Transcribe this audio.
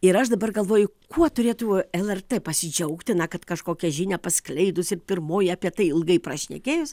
ir aš dabar galvoju kuo turėtų lrt pasidžiaugti na kad kažkokią žinią paskleidusi pirmoji apie tai ilgai prašnekėjus